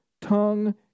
tongue